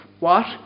work